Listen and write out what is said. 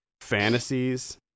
fantasies